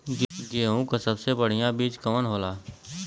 गेहूँक सबसे बढ़िया बिज कवन होला?